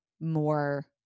more